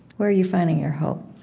where are you finding your hope?